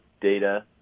data